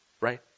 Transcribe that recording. right